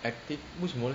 active 为什么 leh